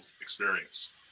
experience